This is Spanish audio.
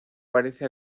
parece